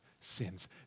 sins